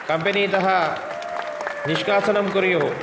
company तः निश्कासनं कुर्युः